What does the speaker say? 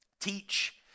Teach